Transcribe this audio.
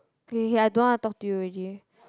okay okay okay I don't want to talk to you already